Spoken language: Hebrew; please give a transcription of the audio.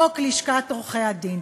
חוק לשכת עורכי-הדין.